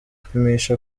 gupimisha